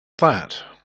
that